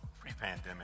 pre-pandemic